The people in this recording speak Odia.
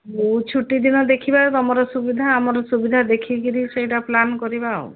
କୋଉ ଛୁଟି ଦିନ ଦେଖିବା ତୁମର ସୁବିଧା ଆମର ସୁବିଧା ଦେଖିକିରି ସେଇଟା ପ୍ଲାନ୍ କରିବା ଆଉ